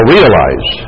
realize